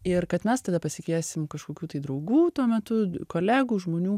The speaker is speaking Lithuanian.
ir kad mes tada pasikviesim kažkokių tai draugų tuo metu kolegų žmonių